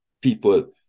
people